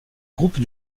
groupes